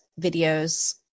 videos